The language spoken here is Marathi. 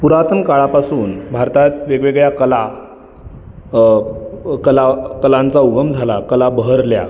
पुरातन काळापासून भारतात वेगवेगळ्या कला कला कलांचा उगम झाला कला बहरल्या